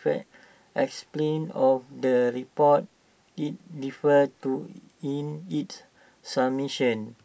explain of the reports IT referred to in its submission